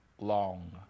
long